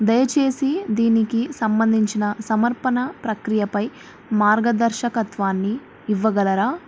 దయచేసి దీనికి సంబంధించిన సమర్పణ ప్రక్రియపై మార్గదర్శకత్వాన్ని ఇవ్వగలరా